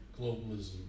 globalism